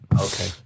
okay